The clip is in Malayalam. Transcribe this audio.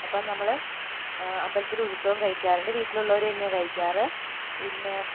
അപ്പോൾ നമ്മള് അമ്പലത്തില് ഉത്സവം കഴിക്കാറുണ്ട് വീട്ടിലുള്ളവര് തന്നെയാണ് കഴിക്കാറ് പിന്നെ